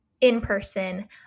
in-person